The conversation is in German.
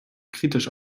kritisch